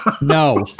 no